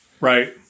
Right